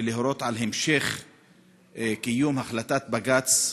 ולהורות על המשך קיום החלטת בג"ץ.